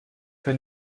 für